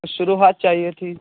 شروحات چاہیے تھی